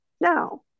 now